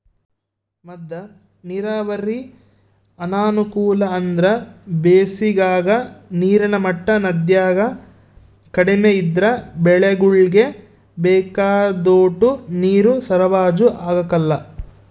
ಮದ್ದ ನೀರಾವರಿ ಅನಾನುಕೂಲ ಅಂದ್ರ ಬ್ಯಾಸಿಗಾಗ ನೀರಿನ ಮಟ್ಟ ನದ್ಯಾಗ ಕಡಿಮೆ ಇದ್ರ ಬೆಳೆಗುಳ್ಗೆ ಬೇಕಾದೋಟು ನೀರು ಸರಬರಾಜು ಆಗಕಲ್ಲ